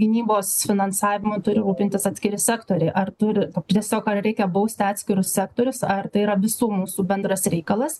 gynybos finansavimu turi rūpintis atskiri sektoriai ar turi tiesiog ar reikia bausti atskirus sektorius ar tai yra visų mūsų bendras reikalas